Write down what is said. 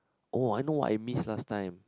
oh I know what I miss last time